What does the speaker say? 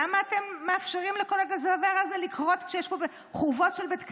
למה אתם מאפשרים לדבר הזה לקרות כשיש פה חורבות של בית כנסת?